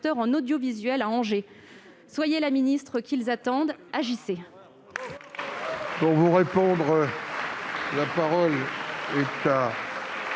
en audiovisuel à Angers ! Soyez la ministre qu'ils attendent : agissez